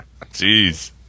Jeez